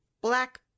black